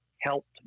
helped